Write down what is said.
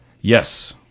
Yes